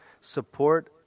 support